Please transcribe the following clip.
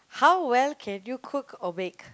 how well can you cook or bake